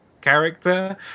character